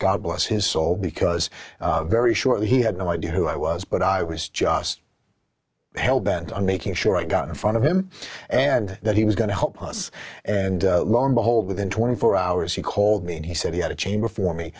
god bless his soul because very shortly he had no idea who i was but i was just hell bent on making sure i got in front of him and that he was going to help us and lo and behold within twenty four hours he called me and he said he had a chain before me